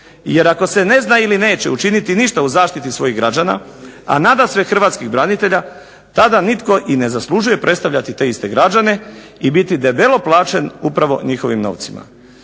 Jer ako se ne zna ili neće učiniti ništa u zaštiti svojih građana, a nadasve hrvatskih branitelja tada nitko i ne zaslužuje predstavljati te iste građane i biti debelo plaćen upravo njihovim novcima.